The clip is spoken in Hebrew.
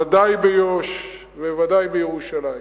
ודאי ביו"ש ובוודאי בירושלים.